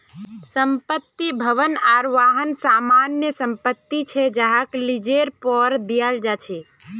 संपत्ति, भवन आर वाहन सामान्य संपत्ति छे जहाक लीजेर पर दियाल जा छे